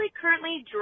currently